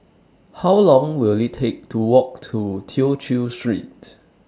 How Long Will IT Take to Walk to Tew Chew Street